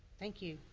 thank you.